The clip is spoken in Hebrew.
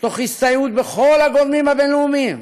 תוך הסתייעות בכל הגורמים הבין-לאומיים,